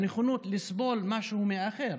נכונות לסבול משהו מהאחר.